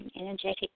energetic